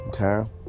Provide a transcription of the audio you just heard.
Okay